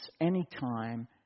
anytime